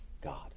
God